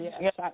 yes